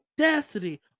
audacity